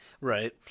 Right